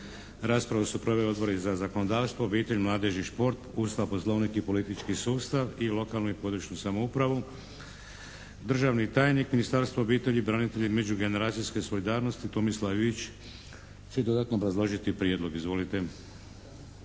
Raspravu su proveli Odbori za zakonodavstvo, obitelj, mladež i šport, Ustav, Poslovnik i politički sustav i lokalnu i područnu samoupravu, državni tajnik, Ministarstvo obitelji, branitelja i međugeneracijske solidarnosti. Tomislav Ivić će dodatno obrazložiti prijedlog. Izvolite!